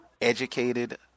educated